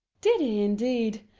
did he, indeed?